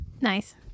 Nice